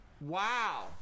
Wow